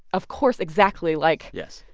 of course, exactly like. yes.